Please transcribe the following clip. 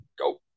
go